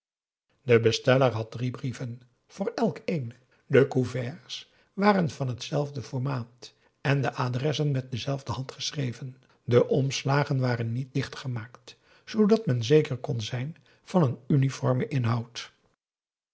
de besteller had drie brieven voor elk een de couverts waren van t zelfde formaat en de adressen met dezelfde hand geschreven de omslagen waren niet dicht gemaakt zoodat men zeker kon zijn van een uniformen inhoud